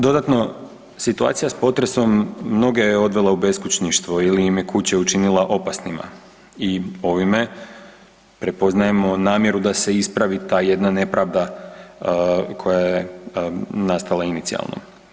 Dodatno, situacija s potresom mnoge je odvela u beskućništvo ili im je kuće učinila opasnima i ovime prepoznajemo namjeru da se ispravi ta jedna nepravda koja je nastala inicijalno.